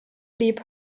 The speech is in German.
blieb